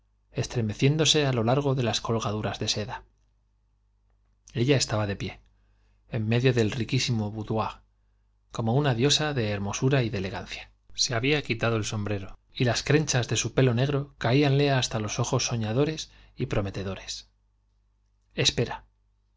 ciéndose á lo largo en las colgaduras de seda ella estaba de pie en medio del riquísimo boudoir como una diosa de hermosura y de elegancia se había quitado el sombrero y las crenchas de su pelo negro caíanle hasta los ojos soñadores y promete dores espera